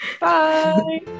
Bye